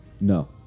no